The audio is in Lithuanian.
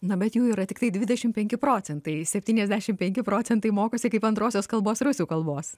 na bet jų yra tiktai dvidešim penki procentai septyniasdešim penki procentai mokosi kaip antrosios kalbos rusų kalbos